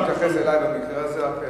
הוא התייחס אלי במקרה הזה.